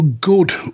good